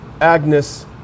Agnes